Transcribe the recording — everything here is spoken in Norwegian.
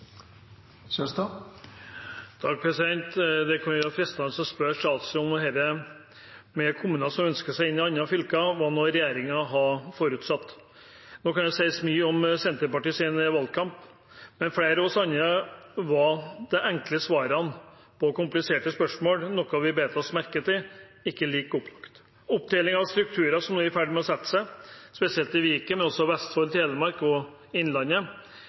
Det kunne være fristende å spørre statsråden hva regjeringen har forutsatt når det gjelder kommuner som ønsker seg inn i andre fylker. Det kan sies mye om Senterpartiets valgkamp, men for flere av oss andre var de enkle svarene på kompliserte spørsmål – noe vi bet oss merke i – ikke like opplagt. Oppdeling av strukturer som nå er i ferd med å sette seg, spesielt i Viken, men også i Vestfold og Telemark og i Innlandet,